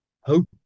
hope